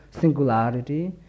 singularity